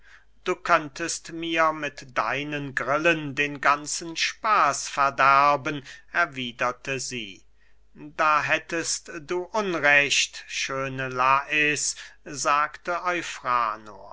du könntest mir mit deinen grillen den ganzen spaß verderben erwiederte sie da hättest du unrecht schöne lais sagte